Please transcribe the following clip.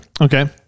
Okay